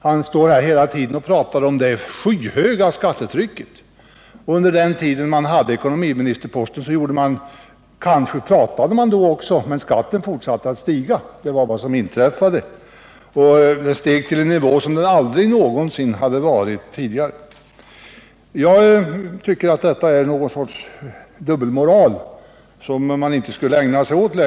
Han talar hela tiden om det skyhöga skattetrycket. När moderaterna innehade ekonomiministerposten talade man måhända om att sänka skatterna, men vad som skedde var att de fortsatte att stiga till en nivå på vilken de aldrig hade befunnit sig tidigare. Det här är en dubbelmoral, som jag tycker att man inte längre bör hålla sig till.